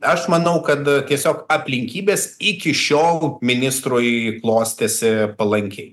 aš manau kad tiesiog aplinkybės iki šiol ministrui klostėsi palankiai